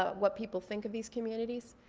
ah what people think of these communities.